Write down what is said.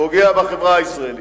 פוגע בחברה הישראלית,